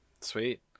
Sweet